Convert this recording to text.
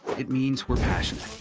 it means we're passionate.